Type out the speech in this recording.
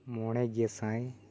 ᱢᱚᱬᱮᱜᱮ ᱥᱟᱭ